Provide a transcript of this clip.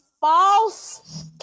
false